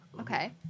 Okay